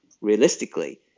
realistically